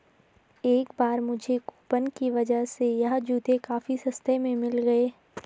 इस बार मुझे कूपन की वजह से यह जूते काफी सस्ते में मिल गए